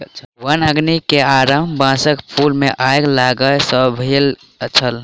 वन अग्नि के आरम्भ बांसक फूल मे आइग लागय सॅ भेल छल